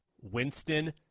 Winston